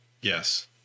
Yes